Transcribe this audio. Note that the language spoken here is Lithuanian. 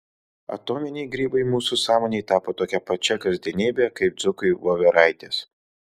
atominiai grybai mūsų sąmonei tapo tokia pačia kasdienybe kaip dzūkui voveraitės